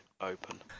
open